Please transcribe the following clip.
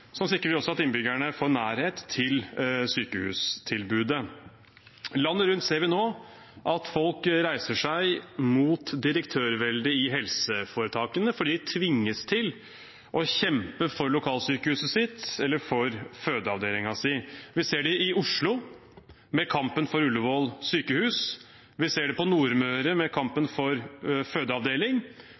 også sikrer at innbyggerne får nærhet til sykehustilbudet. Landet rundt ser vi nå at folk reiser seg mot direktørveldet i helseforetakene, fordi de tvinges til å kjempe for lokalsykehuset sitt eller for fødeavdelingen sin. Vi ser det i Oslo, med kampen for Ullevål sykehus, vi ser det på Nordmøre, med kampen for fødeavdeling,